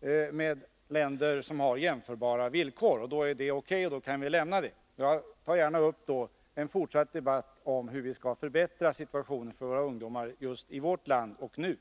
situationen i länder som har jämförbara villkor. I så fall är det O.K., och vi kan då lämna det ämnet. Jag tar gärna upp en fortsatt debatt om hur vi skall förbättra situationen för ungdomarna i vårt land just nu.